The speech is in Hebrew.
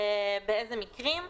באילו מקרים.